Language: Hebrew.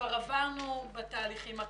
כבר עברנו בתהליכים הקודמים.